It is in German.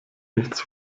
nichts